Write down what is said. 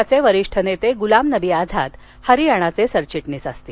पक्षाचे वरिष्ठ नेता गुलाम नबी आझाद हरियाणाचे सरचिटणीस असतील